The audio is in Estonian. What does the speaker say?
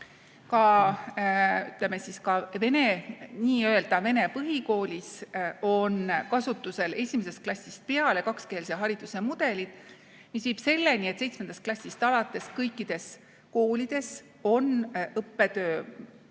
ütleme siis, ka n-ö vene põhikoolis on kasutusel 1. klassist peale kakskeelse hariduse mudelid, mis viib selleni, et 7. klassist alates kõikides koolides on õppetöö